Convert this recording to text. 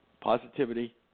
Positivity